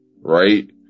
Right